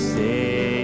say